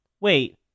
Wait